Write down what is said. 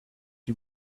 you